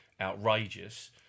outrageous